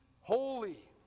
holy